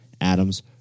Adams